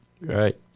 Right